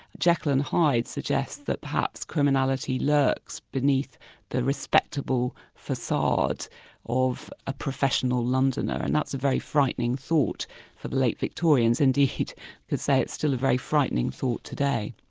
jekyll and hyde suggests that perhaps criminality lurks beneath the respectable facade of a professional londoner, and that's a very frightening thought for the late victorians, indeed, you could say it's still a very frightening thought today.